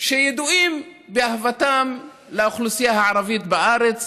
שידועים באהבתם לאוכלוסייה הערבית בארץ